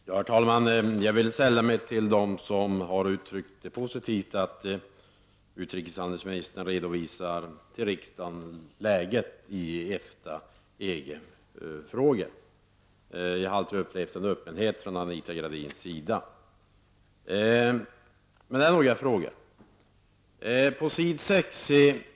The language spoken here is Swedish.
Herr talman! Jag vill sälla mig till dem som har uttryckt att det är positivt att utrikeshandelsministern inför riksdagen redovisar läget i EFTA-EG-frågan. Jag har alltid upplevt en öppenhet från Anita Gradins sida. Jag har dock några frågor.